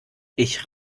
ich